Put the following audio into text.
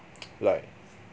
like